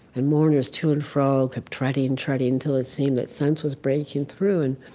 and mourners, to and fro kept treading and treading till it seemed that sense was breaking through. and